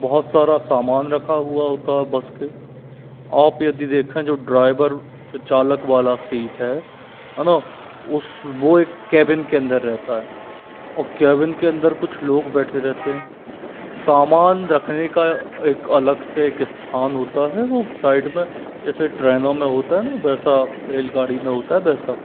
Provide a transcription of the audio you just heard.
बहुत सारा सामान रखा हुआ होता है बस के आप यदि देखें जो ड्राइवर जो चालक वाला सीट है है ना उस वो एक कैबिन के अंदर रहता है और केबिन के अंदर कुछ लोग बैठे रहते हैं सामान रखने का एक अलग से एक स्थान होता है वो साइड में जैसे ट्रेनों में होता है ना वैसा रेलगाड़ी में होता है वैसा